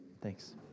Thanks